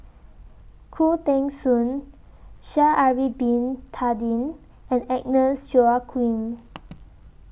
Khoo Teng Soon Sha'Ari Bin Tadin and Agnes Joaquim